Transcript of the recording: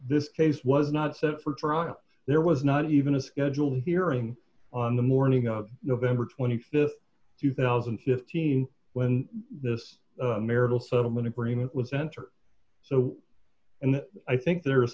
this case was not set for trial there was not even a scheduled hearing on the morning of november th two thousand and fifteen when this marital settlement agreement was center so and i think there is